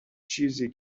چیزی